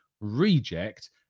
reject